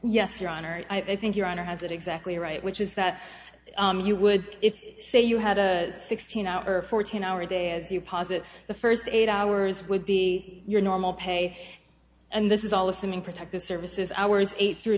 honor i think your honor has it exactly right which is that you would say you had a sixteen hour fourteen hour day as you posit the first eight hours would be your normal pay and this is all assuming protective services hours eight through